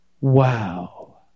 wow